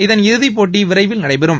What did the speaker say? இதன் இறுதிப்போட்டி விரைவில் நடைபெறும்